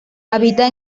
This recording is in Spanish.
habita